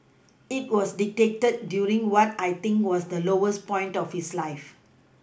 it was dictated during what I think was the lowest point of his life